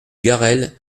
garrel